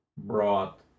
brought